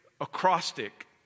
acrostic